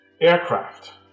aircraft